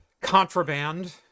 contraband